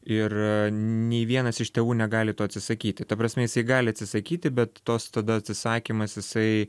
ir nei vienas iš tėvų negali to atsisakyti ta prasmė jisai gali atsisakyti bet tos tada atsisakymas jisai